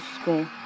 school